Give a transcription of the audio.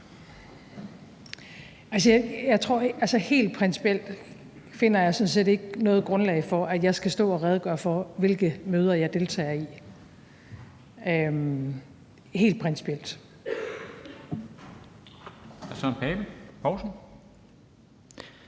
Helt principielt finder jeg sådan set ikke noget grundlag for, at jeg skal stå og redegøre for, hvilke møder jeg deltager i – helt principielt. Kl. 14:08 Formanden